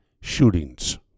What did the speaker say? shootings